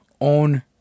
own